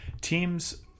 teams